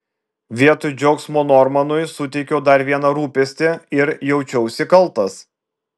vietoj džiaugsmo normanui suteikiau dar vieną rūpestį ir jaučiausi kaltas